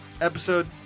episode